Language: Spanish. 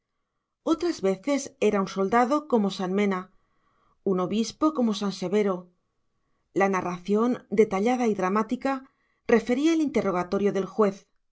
otras veces era un soldado como san menna un obispo como san severo la narración detallada y dramática refería el interrogatorio del juez